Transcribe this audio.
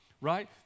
right